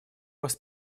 вас